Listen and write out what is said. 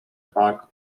bag